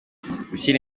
gushyira